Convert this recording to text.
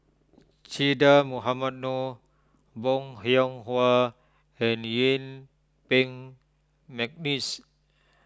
Che Dah Mohamed Noor Bong Hiong Hwa and Yuen Peng McNeice